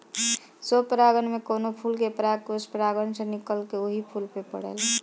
स्वपरागण में कवनो फूल के परागकोष परागण से निकलके ओही फूल पे पड़ेला